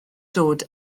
dod